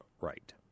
right